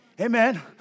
Amen